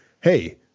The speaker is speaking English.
hey